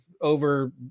over